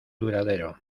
duradero